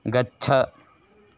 गच्छ